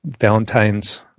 Valentine's